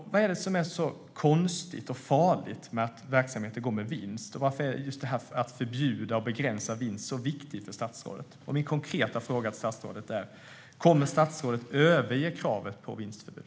Vad är det som är så konstigt och farligt med att verksamheter går med vinst? Varför är just detta att förbjuda och begränsa vinst så viktigt för statsrådet? Min konkreta fråga till statsrådet är: Kommer statsrådet att överge kravet på vinstförbud?